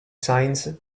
signs